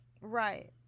Right